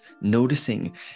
noticing